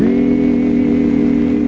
the